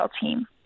team